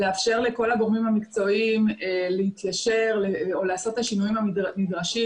לאפשר לכל הגורמים המקצועיים להתיישר או לעשות את השינויים הנדרשים,